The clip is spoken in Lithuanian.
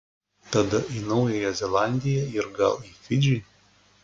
tada į naująją zelandiją ir gal į fidžį